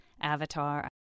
Avatar